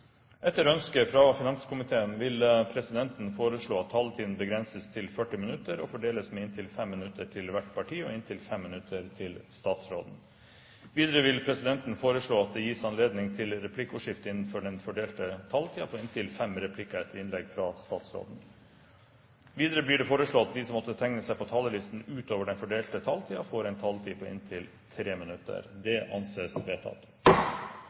Etter ønske fra finanskomiteen vil presidenten foreslå at taletiden begrenses til 40 minutter og fordeles med inntil 5 minutter til hvert parti og inntil 5 minutter til statsråden. Videre vil presidenten foreslå at det gis anledning til replikkordskifte på inntil fem replikker med svar etter innlegget fra statsråden innenfor den fordelte taletid. Videre blir det foreslått at de som måtte tegne seg på talerlisten utover den fordelte taletid, får en taletid på inntil 3 minutter. – Det anses vedtatt.